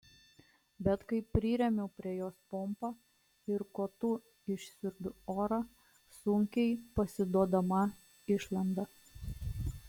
bet kai priremiu prie jos pompą ir kotu išsiurbiu orą sunkiai pasiduodama išlenda